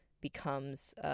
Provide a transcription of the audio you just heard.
becomes